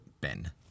Ben